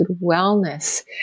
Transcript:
wellness